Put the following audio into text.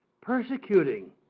persecuting